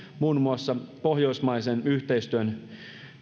muun muassa pohjoismaisen yhteistyön